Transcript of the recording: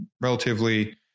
relatively